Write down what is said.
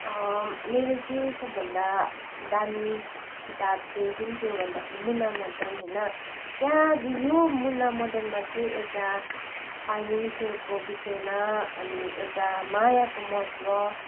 मेरो चाहिँ सबभन्दा दामी किताब चाहिँ कुन चाहिँ हो भन्दाखेरि मुनामदन होइन त्यहाँ यो मुनामदनमा चाहिँ एउटा फाइनेनसियलको विषयमा अनि एउटा मायाको महत्त्व